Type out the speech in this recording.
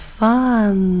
fun